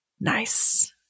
Nice